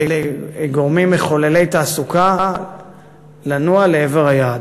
לגורמים מחוללי תעסוקה לנוע לעבר היעד.